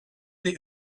they